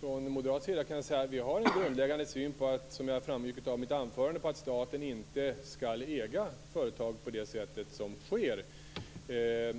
Herr talman! Vi moderater har en grundläggande syn som innebär att staten inte skall äga företag på det sätt som sker. Ett